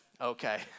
Okay